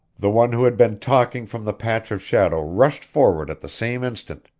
the one who had been talking from the patch of shadow rushed forward at the same instant.